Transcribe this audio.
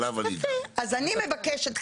אז אני מבקשת,